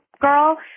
girl